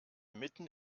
mitten